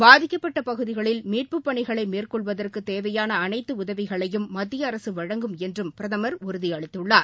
பாதிக்கப்பட்ட பகுதிகளில் மீட்புப் பணிகளை மேற்கொள்வதற்கு தேவையான அனைத்து உதவிகளையும் மத்திய அரசு வழங்கும் என்றும் பிரதமர் உறுதியளித்துள்ளார்